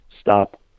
stop